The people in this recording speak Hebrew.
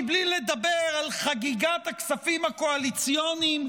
בלי לדבר על חגיגת הכספים הקואליציוניים,